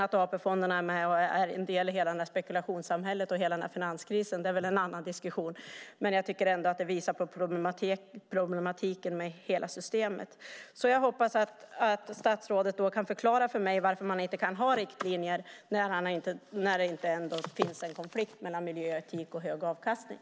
Att AP-fonderna är en del i hela det här spekulationssamhället och hela den här finanskrisen är väl en annan diskussion. Jag tycker ändå att det visar på problematiken med hela systemet. Jag hoppas att statsrådet kan förklara för mig varför man inte kan ha riktlinjer när det ändå inte finns en konflikt mellan miljö, etik och hög avkastning.